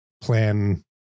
plan